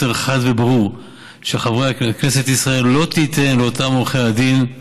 מסר חד וברור שכנסת ישראל לא תיתן לאותם עורכי הדין,